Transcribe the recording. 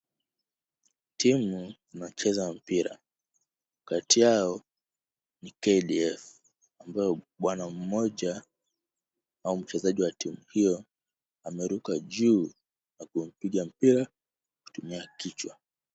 Timu inacheza mpira, kati yao ni KDF,ambayo bwana mmoja au mchezaji wa timu hiyo ameruka juu na kupiga mpira kutumia kichwa.